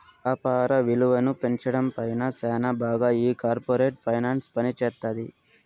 యాపార విలువను పెంచడం పైన శ్యానా బాగా ఈ కార్పోరేట్ ఫైనాన్స్ పనిజేత్తది